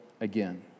again